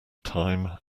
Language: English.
time